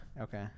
Okay